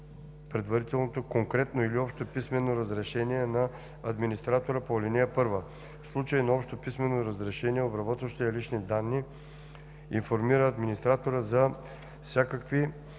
предварителното конкретно или общо писмено разрешение на администратора по ал. 1. В случай на общо писмено разрешение обработващият лични данни информира администратора за всякакви